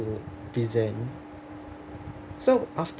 to present so after